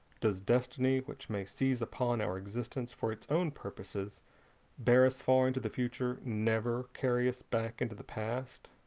does destiny, which may seize upon our existence, and for its own purposes bear us far into the future, never carry us back into the past?